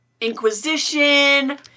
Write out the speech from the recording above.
Inquisition